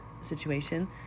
situation